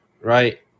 right